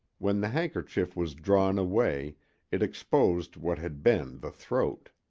when the handkerchief was drawn away it exposed what had been the throat.